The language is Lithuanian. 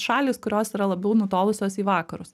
šalys kurios yra labiau nutolusios į vakarus